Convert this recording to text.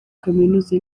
kaminuza